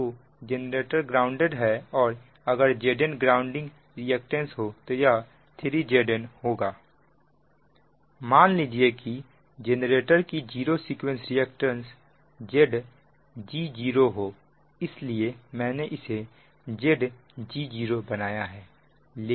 तो generator grounded है और अगर Zn ग्राउंडिंग रिएक्टेंस हो तो यह 3 Zn होगा मान लीजिए कि जेनरेटर की जीरो सीक्वेंस रिएक्टेंस Zg0 हो इसलिए मैंने इसे Zg0 बनाया है